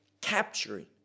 capturing